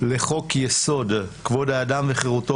לחוק יסוד: כבוד האדם וחירותו,